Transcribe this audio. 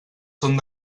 són